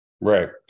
right